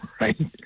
right